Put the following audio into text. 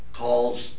calls